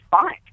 fine